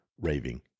raving